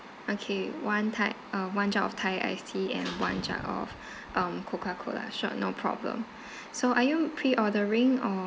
okay one type uh one jug of thai ice tea and one jug of coca cola sure no problem so are you pre ordering or